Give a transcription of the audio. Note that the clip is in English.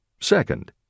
Second